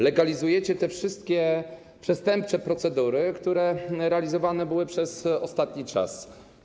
Legalizujecie te wszystkie przestępcze procedury, które realizowane były w ostatnim czasie.